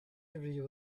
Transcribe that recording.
review